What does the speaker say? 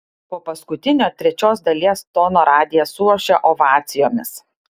po paskutinio trečios dalies tono radijas suošia ovacijomis